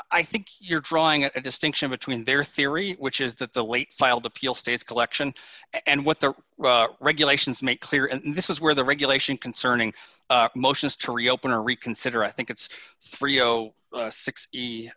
i think you're drawing a distinction between their theory which is that the late filed appeal states collection and what the regulations make clear and this is where the regulation concerning motions to reopen or reconsider i think it's three